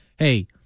hey